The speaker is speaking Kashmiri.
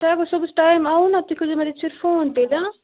تۄہہِ گوٚو صُبَحس ٹایم آووٕ نا تُہۍ کٔرۍزیٚو مےٚ فون تیٚلہِ آ